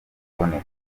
kuboneka